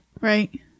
Right